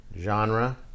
genre